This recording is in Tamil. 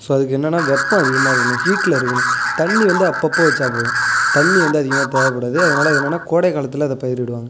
ஸோ அதுக்கு என்னன்னால் வெப்பம் அதிகமாக இருக்கணும் ஹீட்டில் இருக்கணும் தண்ணி வந்து அப்பப்போ வெச்சால் போதும் தண்ணி வந்து அதிகமாக தேவைப்படாது அதனால் அது என்னான்னால் கோடைக் காலத்தில் அதை பயிரிடுவாங்க